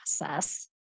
process